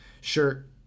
Shirt